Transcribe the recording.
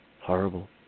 horrible